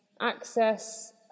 access